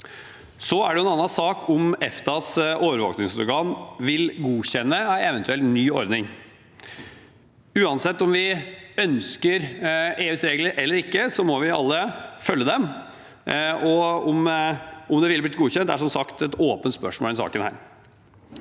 Så er det et spørsmål om EFTAs overvåkningsorgan vil godkjenne en eventuell ny ordning. Uansett om vi ønsker EUs regler eller ikke, må vi alle følge dem, og om det vil bli godkjent, er som sagt et åpent spørsmål i denne saken.